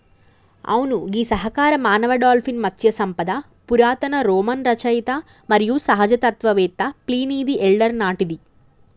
అవును గీ సహకార మానవ డాల్ఫిన్ మత్స్య సంపద పురాతన రోమన్ రచయిత మరియు సహజ తత్వవేత్త ప్లీనీది ఎల్డర్ నాటిది